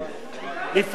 נפרוש ביחד.